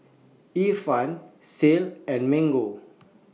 Ifan Shell and Mango